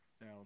Now